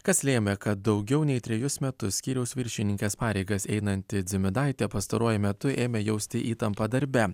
kas lėmė kad daugiau nei trejus metus skyriaus viršininkės pareigas einanti dzimidaitė pastaruoju metu ėmė jausti įtampą darbe